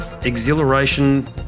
exhilaration